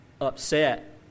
upset